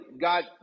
God